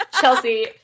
Chelsea